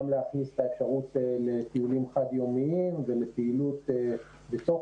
גם להכניס את האפשרות לטיולים חד יומיים ולפעילות בתוך